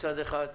מצד אחד,